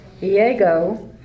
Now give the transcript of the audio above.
Diego